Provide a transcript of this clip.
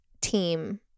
team